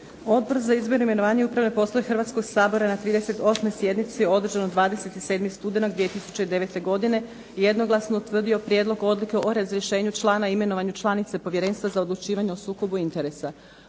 Odbor za izbor, imenovanja i upravne poslove Hrvatskoga sabora na 38. sjednici održanoj 27. studenoga 2009. godine jednoglasno je utvrdio Prijedlog odluke o razrješenju člana i imenovanju članice Povjerenstva za odlučivanje o sukobu interesa.